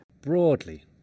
Broadly